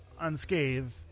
unscathed